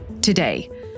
Today